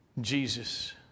Jesus